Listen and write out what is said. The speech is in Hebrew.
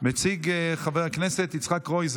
עברה בקריאה